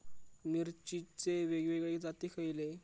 मिरचीचे वेगवेगळे जाती खयले?